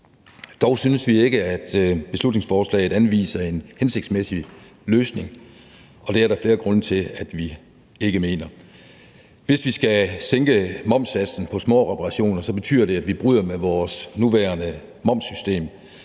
Dog synes vi ikke, at beslutningsforslaget anviser en hensigtsmæssig løsning, og det er der flere grunde til at vi ikke mener. Hvis vi skal sænke momssatsen på småreparationer, betyder det, at vi bryder med vores nuværende momssystem,